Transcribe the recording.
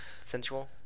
Sensual